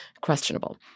questionable